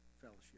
fellowship